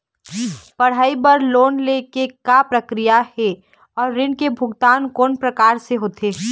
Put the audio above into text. पढ़ई बर लोन ले के का प्रक्रिया हे, अउ ऋण के भुगतान कोन प्रकार से होथे?